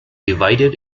divided